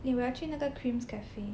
你有没有要去那个 Kreams Cafe